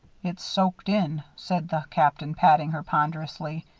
it's soaked in, said the captain, patting her ponderously.